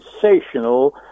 sensational